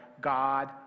God